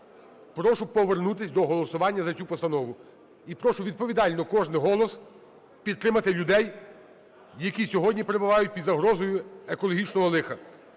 Прошу повернутися до голосування за цю постанову. І прошу відповідально, кожний голос, підтримати людей, які сьогодні перебувають під загрозою екологічного лиха.